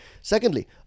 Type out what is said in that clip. Secondly